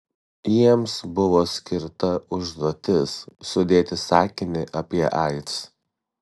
jiems buvo skirta užduotis sudėti sakinį apie aids